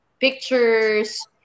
pictures